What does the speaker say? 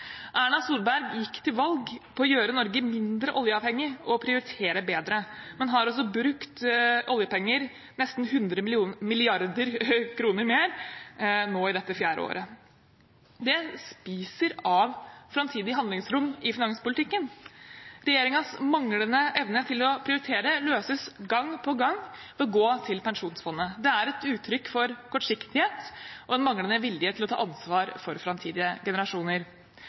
Erna Solberg gikk til valg på å gjøre Norge mindre oljeavhengig og prioritere bedre, men har altså brukt nesten 100 mrd. kr mer av oljepengene nå i dette fjerde året. Det spiser av framtidig handlingsrom i finanspolitikken. Regjeringens manglende evne til å prioritere løses gang på gang ved å gå til pensjonsfondet. Det er et uttrykk for kortsiktighet og en manglende vilje til å ta ansvar for framtidige generasjoner.